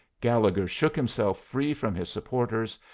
gallegher shook himself free from his supporters,